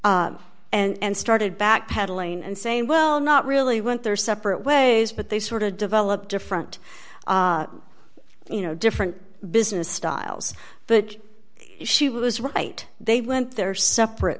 mistake and started backpedaling and saying well not really went their separate ways but they sort of develop different you know different business styles but she was right they went their separate